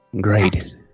Great